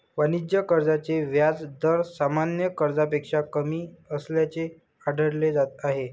वाणिज्य कर्जाचे व्याज दर सामान्य कर्जापेक्षा कमी असल्याचे आढळले आहे